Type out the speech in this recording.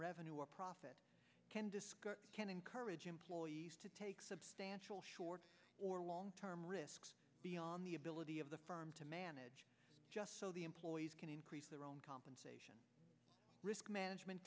revenue or profit can encourage employees to take substantial short or long term risks beyond the ability of the firm to manage just so the employees can increase their own compensation risk management